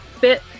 bit